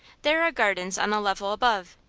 there are gardens on the level above,